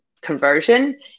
conversion